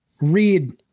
read